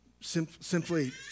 simply